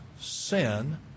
sin